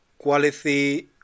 quality